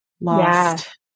lost